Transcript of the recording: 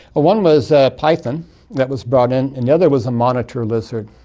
one was a python that was brought in, another was a monitor lizard.